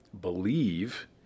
believe